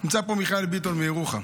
נמצא פה מיכאל ביטון מירוחם.